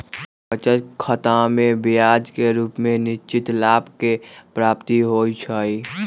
बचत खतामें ब्याज के रूप में निश्चित लाभ के प्राप्ति होइ छइ